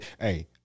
Hey